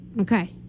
Okay